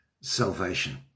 salvation